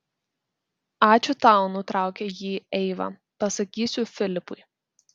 ačiū tau nutraukė jį eiva pasakysiu filipui